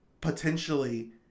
potentially